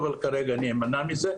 אבל כרגע אני אמנע מזה,